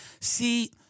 See